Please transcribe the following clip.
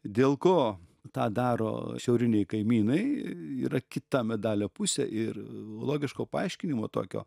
dėl ko tą daro šiauriniai kaimynai yra kita medalio pusė ir logiško paaiškinimo tokio